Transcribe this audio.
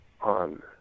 On